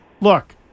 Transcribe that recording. look